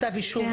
כתב אישום,